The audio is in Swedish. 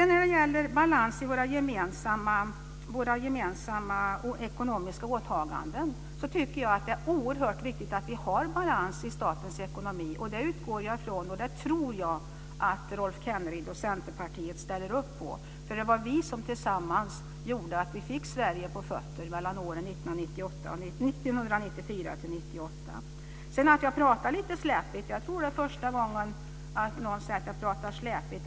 När det gäller balans i våra gemensamma ekonomiska åtaganden tycker jag att det är oerhört viktigt att vi har balans i statens ekonomi. Jag utgår från det. Jag tror att Rolf Kenneryd och Centerpartiet ställer upp på det, för det var vi som tillsammans gjorde att vi fick Sverige på fötter åren 1994-1998. Jag tror att det är första gången någon säger att jag pratar släpigt.